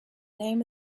name